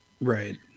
Right